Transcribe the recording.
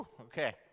okay